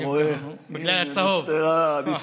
אתה רואה?